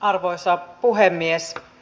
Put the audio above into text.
arvoisa puhemies